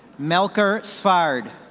melker svard.